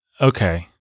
okay